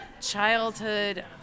childhood